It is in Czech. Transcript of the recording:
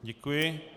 Děkuji.